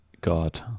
God